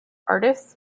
artists